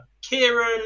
Kieran